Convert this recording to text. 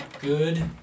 good